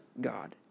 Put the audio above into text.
God